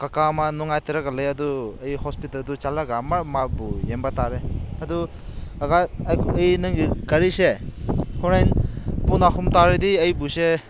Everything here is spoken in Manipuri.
ꯀꯥꯀꯥ ꯑꯃ ꯅꯨꯡꯉꯥꯏꯇ꯭ꯔꯒ ꯂꯩꯌꯦ ꯑꯗꯨ ꯑꯩ ꯍꯣꯁꯄꯤꯇꯥꯜꯗꯣ ꯆꯠꯂꯒ ꯑꯃꯨꯔꯛ ꯃꯥꯕꯨ ꯌꯦꯡꯕ ꯇꯥꯔꯦ ꯑꯗꯨ ꯀꯥꯀꯥ ꯑꯩ ꯅꯪꯒꯤ ꯒꯥꯔꯤꯁꯦ ꯍꯣꯔꯦꯟ ꯄꯨꯡ ꯑꯍꯨꯝ ꯇꯥꯔꯗꯤ ꯑꯩꯕꯨꯁꯦ